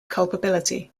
culpability